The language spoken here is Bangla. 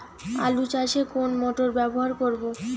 আলু চাষে কোন মোটর ব্যবহার করব?